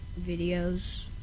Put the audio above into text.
videos